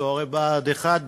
צוערי בה"ד 1,